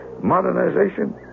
modernization